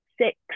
six